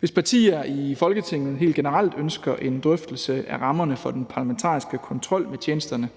Hvis partier i Folketinget helt generelt ønsker en drøftelse af rammerne for den parlamentariske kontrol med tjenesterne,